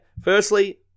Firstly